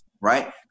right